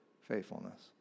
faithfulness